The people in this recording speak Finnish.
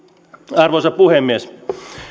arvoisa puhemies